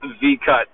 V-cut